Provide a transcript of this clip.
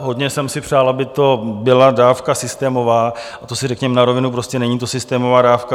Hodně jsem si přál, aby to byla dávka systémová, a to si řekněme na rovinu, není to systémová dávka.